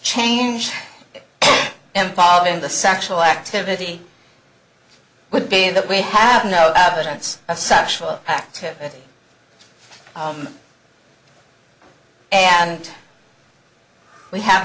change involving the sexual activity would be in that we have no evidence of sexual activity and we have